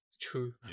true